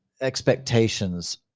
expectations